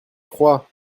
froid